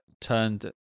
turned